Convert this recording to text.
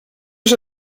się